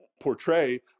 portray